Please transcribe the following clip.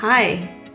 Hi